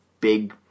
big